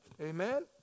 Amen